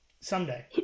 Someday